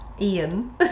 Ian